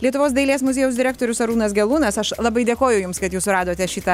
lietuvos dailės muziejaus direktorius arūnas gelūnas aš labai dėkoju jums kad jūs suradote šitą